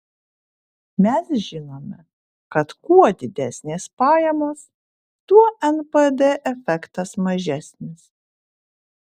mes žinome kad kuo didesnės pajamos tuo npd efektas mažesnis